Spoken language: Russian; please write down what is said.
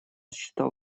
считал